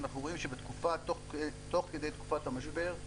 אנחנו רואים שתוך כדי תקופת המשבר,